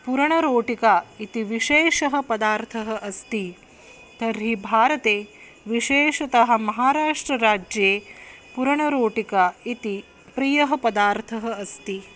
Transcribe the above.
पूर्णरोटिका इति विशेषः पदार्थः अस्ति तर्हि भारते विशेषतः महाराष्ट्रराज्ये पूर्णरोटिका इति प्रियः पदार्थः अस्ति